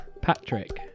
Patrick